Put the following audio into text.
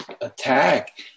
attack